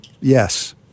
yes